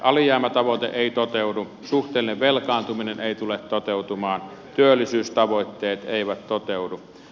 alijäämätavoite ei toteudu suhteellinen velkaantuminen ei tule toteutumaan työllisyystavoitteet eivät toteudu